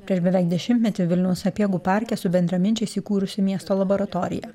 prieš beveik dešimtmetį vilniaus sapiegų parke su bendraminčiais įkūrusi miesto laboratoriją